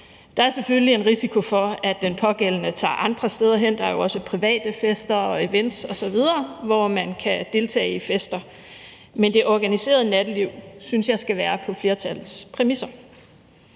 Der er selvfølgelig en risiko for, at den pågældende tager andre steder hen – der er jo også private fester og events osv., hvor man kan deltage i fester – men det organiserede natteliv synes jeg skal være på flertallets præmisser.